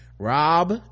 rob